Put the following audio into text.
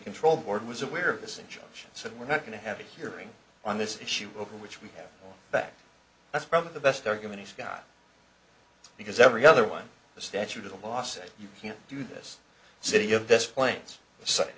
control board was aware of this injunction said we're not going to have a hearing on this issue over which we have back that's probably the best argument he's got because every other one the statute of the law said you can't do this city of this plains s